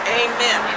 amen